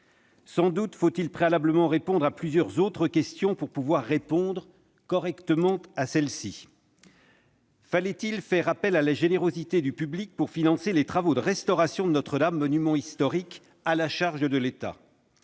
Sans doute faut-il préalablement répondre à plusieurs autres questions pour pouvoir répondre correctement à celle-ci. Premièrement, fallait-il faire appel à la générosité du public pour financer les travaux de restauration de Notre-Dame, monument historique à la charge de l'État ?